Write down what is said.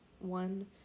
one